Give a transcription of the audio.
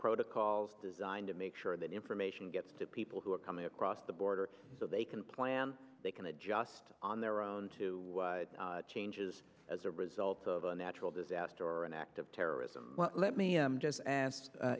protocols designed to make sure that information gets to people who are coming across the border so they can plan they can adjust on their own to changes as a result of a natural disaster or an act of terrorism let me i'm just ask